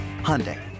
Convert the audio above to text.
Hyundai